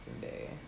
day